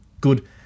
good